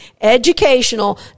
educational